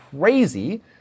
crazy